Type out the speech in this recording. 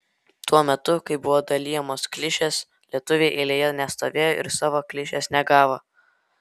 tuo metu kai buvo dalijamos klišės lietuviai eilėje nestovėjo ir savo klišės negavo